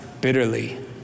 bitterly